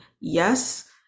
Yes